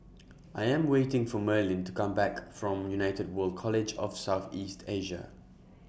I Am waiting For Merlin to Come Back from United World College of South East Asia